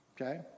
Okay